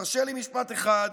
תרשה לי משפט אחד.